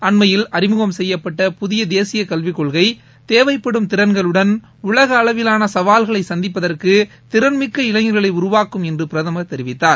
அண்மையில் அறிமுகம் செய்யப்பட்ட புதிய தேசிய கல்விக் கொள்கை தேவைப்படும் திறன்களுடன் உலக அளவிலான சவால்களை சந்திப்பதற்கு திறன்மிக்க இளைஞர்களை உருவாக்கும் என்று பிரதமா் தெரிவித்தார்